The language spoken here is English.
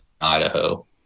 Idaho